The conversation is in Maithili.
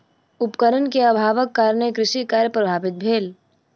उपकरण के अभावक कारणेँ कृषि कार्य प्रभावित भेल